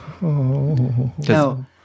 No